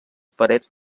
parets